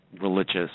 religious